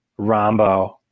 Rombo